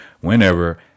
whenever